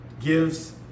gives